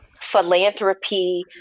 philanthropy